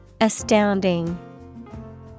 astounding